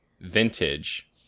vintage